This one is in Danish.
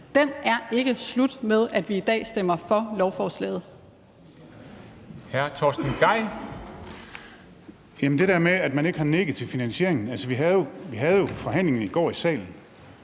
er ikke slut med, at vi i dag stemmer for lovforslaget.